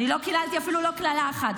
--- אני לא קיללתי אפילו לא קללה אחת.